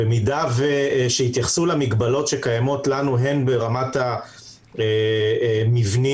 שיתייחסו למגבלות שקיימות לנו ברמת המבנים,